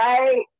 Right